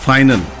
Final